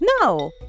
No